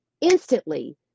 instantly